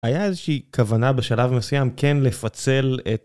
היה איזושהי כוונה בשלב מסוים כן לפצל את...